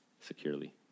securely